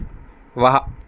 ਵਾਹ